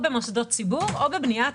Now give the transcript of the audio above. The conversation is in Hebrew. או במוסדות ציבור או בבנייה עתידית.